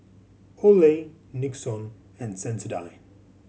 Olay Nixon and Sensodyne